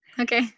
Okay